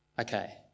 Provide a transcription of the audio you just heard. Okay